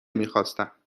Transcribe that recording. میخواستم